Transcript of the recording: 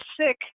sick